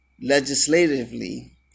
legislatively